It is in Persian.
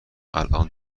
الآن